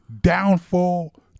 downfall